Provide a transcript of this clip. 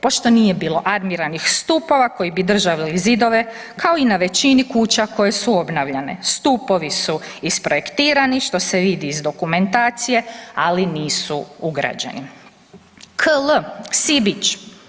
Pošto nije bilo armiranih stupova koji bi držali zidove kao i na većine kuća koje su obnavljane stupovi su isprojektirani što se vidi iz dokumentacije, ali nisu ugrađeni.“ KL, Sibić.